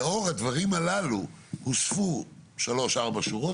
לאור הדברים הללו הוספו שלוש-ארבע שורות